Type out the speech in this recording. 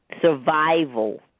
survival